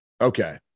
okay